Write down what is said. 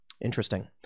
Interesting